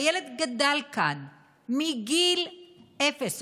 והילד גדל כאן מגיל אפס,